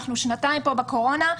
אנחנו כבר שנתיים בקורונה,